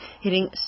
hitting